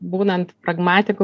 būnant pragmatiku